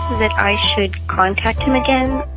that i should contact him again.